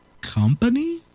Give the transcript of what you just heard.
company